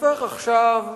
הופך עכשיו,